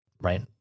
right